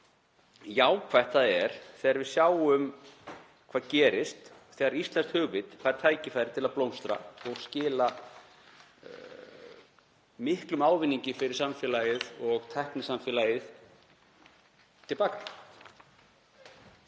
jákvætt það er þegar við sjáum hvað gerist þegar íslenskt hugvit fær tækifæri til að blómstra og skila miklum ávinningi fyrir samfélagið og tæknisamfélagið og gefa